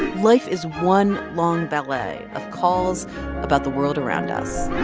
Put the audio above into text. life is one long ballet of calls about the world around us